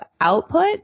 output